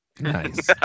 Nice